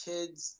Kids